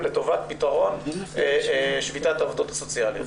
לטובת פתרון שביתת העובדות הסוציאליות.